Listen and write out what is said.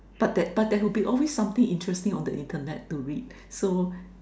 but there but there who will be always something interesting on the internet to read so